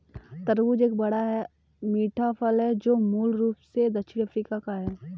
तरबूज एक बड़ा, मीठा फल है जो मूल रूप से दक्षिणी अफ्रीका का है